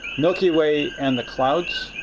milky way and the clouds.